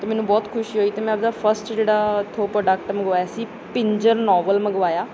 ਅਤੇ ਮੈਨੂੰ ਬਹੁਤ ਖੁਸ਼ੀ ਹੋਈ ਅਤੇ ਮੈਂ ਆਪਦਾ ਫਸਟ ਜਿਹੜਾ ਉੱਥੋਂ ਪ੍ਰੋਡਕਟ ਮੰਗਵਾਇਆ ਸੀ ਪਿੰਜਰ ਨਾਵਲ ਮੰਗਵਾਇਆ